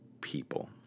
people